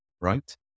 right